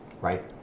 Right